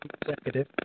executive